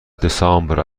دسامبر